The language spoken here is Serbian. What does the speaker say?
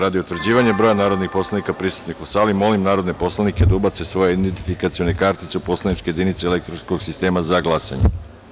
Radi utvrđivanja broja narodnih poslanika prisutnih u sali, molim narodne poslanike da ubace svoje identifikacione kartice u poslaničke jedinice elektronskog sistema za glasanje.